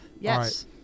Yes